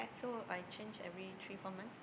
so I change every three four months